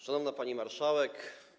Szanowna Pani Marszałek!